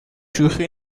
شوخی